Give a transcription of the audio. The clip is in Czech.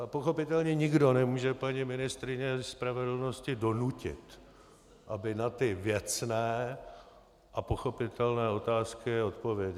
A pochopitelně nikdo nemůže paní ministryni spravedlnosti donutit, aby na věcné a pochopitelné otázky odpověděla.